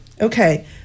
Okay